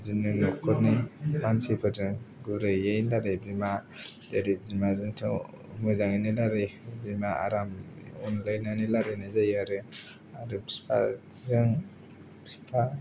बिदिनो नखरनि मानथिफोरजों गुरैयै रायलायो जेरै बिमा बिमाजोंथ' मोजाङैनो रायलायो बिमा आराम अनलायनानै रायलायनाय जायो आरो आरो बिफाजों बिफा